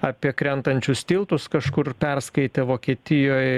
apie krentančius tiltus kažkur perskaitė vokietijoj